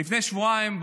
לפני שבועיים,